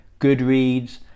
Goodreads